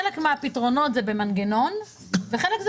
חלק מהפתרונות הם במנגנון וחלק הוא